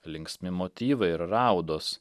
linksmi motyvai ir raudos